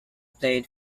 played